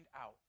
out